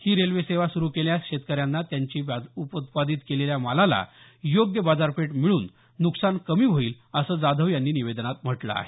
ही railway सेवा सुरु केल्यास शेतकऱ्यांना त्यांनी उत्पादित केलेल्या मालाला योग्य बाजारपेठ मिळून नुकसान कमी होईल असं जाधव यांनी निवेदनात म्हटलं आहे